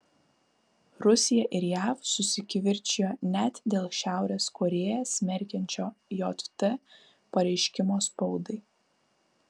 rusija ir jav susikivirčijo net dėl šiaurės korėją smerkiančio jt pareiškimo spaudai